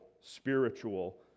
spiritual